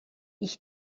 ich